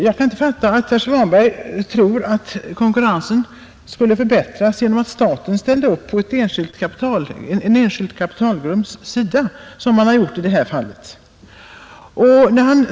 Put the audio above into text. Jag kan inte fatta att herr Svanberg tror att konkurrenskraften skulle förbättras genom att staten ställer upp på en enskild kapitalgrupps sida, som man har gjort i det här fallet.